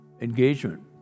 engagement